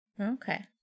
Okay